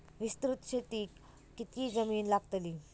विस्तृत शेतीक कितकी जमीन लागतली?